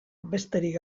besterik